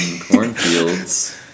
Cornfields